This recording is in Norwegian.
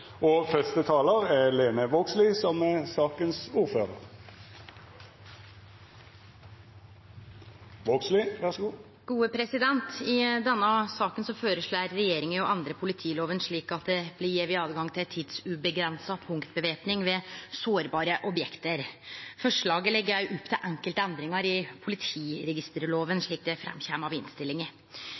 er vedteke. I denne saka føreslår regjeringa å endre politiloven slik at det blir gjeve åtgang til tidsuavgrensa punktvæpning ved sårbare objekt. Forslaget legg også opp til enkelte endringar i politiregisterloven, slik det kjem fram i innstillinga.